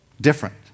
different